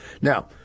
Now